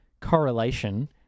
correlation